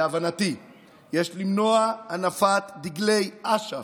להבנתי יש למנוע הנפת דגלי אש"ף.